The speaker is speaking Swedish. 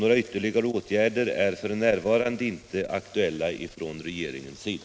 Några ytterligare åtgärder är f.n. inte aktuella från regeringens sida.